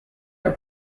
are